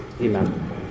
Amen